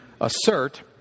assert